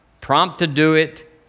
prompt-to-do-it